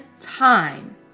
time